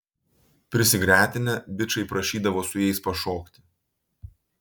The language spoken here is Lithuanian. prisigretinę bičai prašydavo su jais pašokti